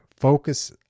focus